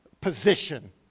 position